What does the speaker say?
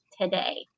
today